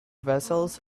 vessels